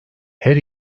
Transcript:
her